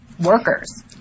workers